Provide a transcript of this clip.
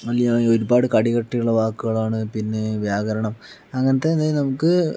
മലയാളി ഒരുപാട് കടുകട്ടിയുള്ള വാക്കുകളാണ് പിന്നെ വ്യാകരണം അങ്ങനത്തെ എന്ത് നമുക്ക്